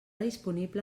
disponible